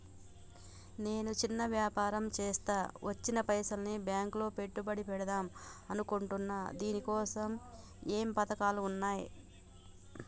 నేను చిన్న వ్యాపారం చేస్తా వచ్చిన పైసల్ని బ్యాంకులో పెట్టుబడి పెడదాం అనుకుంటున్నా దీనికోసం ఏమేం పథకాలు ఉన్నాయ్?